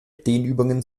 dehnübungen